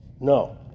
No